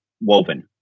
Woven